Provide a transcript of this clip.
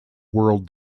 world